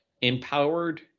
empowered